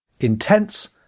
Intense